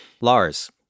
Lars